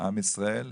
עם ישראל.